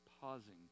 pausing